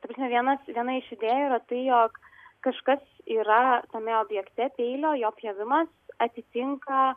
ta prasme vienas viena iš idėjų yra tai jog kažkas yra tame objekte peilio jo pjovimas atitinka